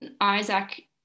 Isaac